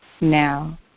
now